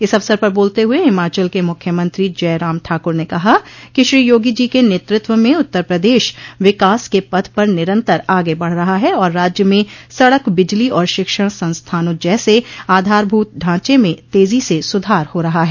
इस अवसर पर बोलते हुए हिमाचल के मुख्यमंत्री जयराम ठाकुर ने कहा कि श्री योगी जी के नेतृत्व में उत्तर प्रदेश विकास के पथ पर निरन्तर आगे बढ़ रहा है और राज्य में सड़क बिजली और शिक्षण संस्थानों जैसे आधारभूत ढांचे में तेजी से सुधार हो रहा है